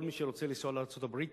כל מי שרוצה לנסוע לארצות-הברית,